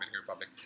Republic